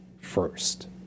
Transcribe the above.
first